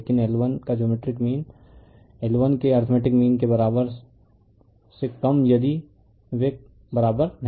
लेकिन L1 का geometric mean L1 के अर्थमेटिक मीन के बराबर से कम यदि वे बराबर नहीं हैं